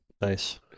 Nice